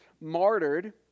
martyred